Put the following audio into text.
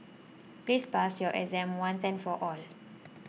please pass your exam once and for all